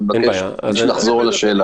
אני מבקש לחזור על השאלה.